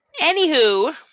Anywho